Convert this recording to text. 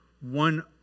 one